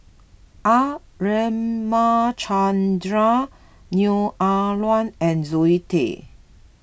R Ramachandran Neo Ah Luan and Zoe Tay